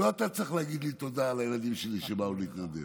לא אתה צריך להגיד לי תודה על הילדים שלי שבאו להתנדב,